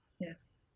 Yes